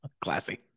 Classy